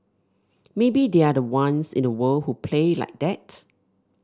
maybe they're the ones in the world who play like that